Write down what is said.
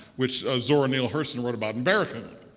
which ah zora neale hurston wrote about and barracoon.